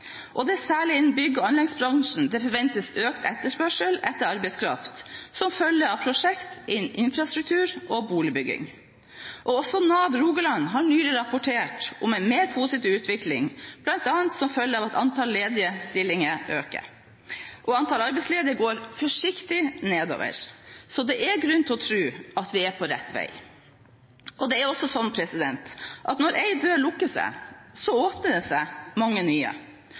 Det er særlig innen bygg- og anleggsbransjen det forventes økt etterspørsel etter arbeidskraft, som følge av prosjekter innen infrastruktur og boligbygging. Også Nav Rogaland har nylig rapportert om en mer positiv utvikling, bl.a. som følge av at antallet ledige stillinger øker. Antallet arbeidsledige går forsiktig nedover, så det er grunn til å tro at vi er på rett vei. Det er også slik at når én dør lukker seg, åpner det seg mange nye.